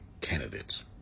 candidates